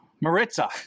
Maritza